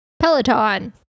peloton